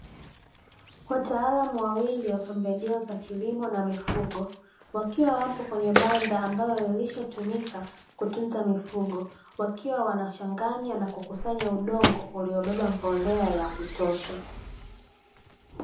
Wataalamu wawili wa pembejeo za kilimo na mifugo wakiwa wapo kwenye banda ambalo lilishatumika kutunza mifugo, wakiwa wanachanganya na kubebea udongo uliobeba mbolea ya kutosha.